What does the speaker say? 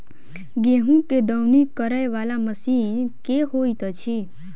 गेंहूँ केँ दौनी करै वला मशीन केँ होइत अछि?